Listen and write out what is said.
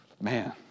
man